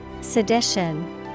Sedition